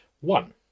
one